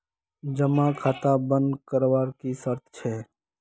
जमा खाता बन करवार की शर्त छे?